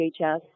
HHS